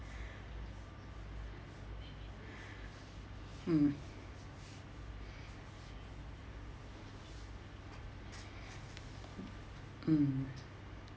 mm mm